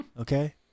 Okay